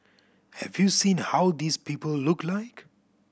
have you seen how these people look like